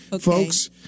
folks